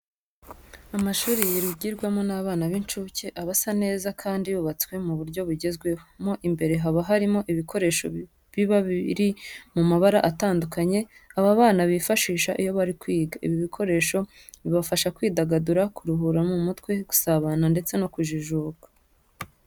Amashuri yigirwamo n'abana b'incuke aba asa neza kandi yubatswe mu buryo bugezweho. Mo imbere haba harimo ibikoresho biba biri mu mabara atandukanye aba bana bifashisha iyo bari kwiga. Ibi bikoresho bibafasha kwidagadura, kuruhura mu mutwe, gusabana ndetse no kujijuka.